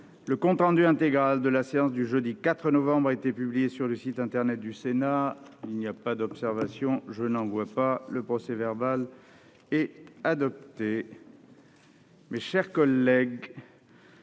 Le compte rendu intégral de la séance du jeudi 4 novembre 2021 a été publié sur le site internet du Sénat. Il n'y a pas d'observation ?... Le procès-verbal est adopté. Mes chers collègues,